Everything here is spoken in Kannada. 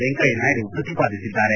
ವೆಂಕಯ್ಯನಾಯ್ಡು ಪ್ರತಿಪಾದಿಸಿದ್ದಾರೆ